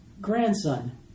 grandson